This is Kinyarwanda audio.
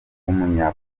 w’umunya